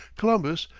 columbus,